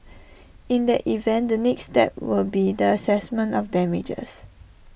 in that event the next step will be the Assessment of damages